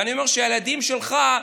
ואני אומר שהילדים שלך,